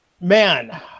man